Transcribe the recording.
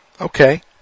Okay